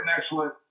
excellent